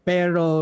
Pero